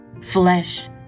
flesh